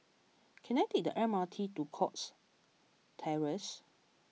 can I take the M R T to Cox Terrace